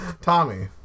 Tommy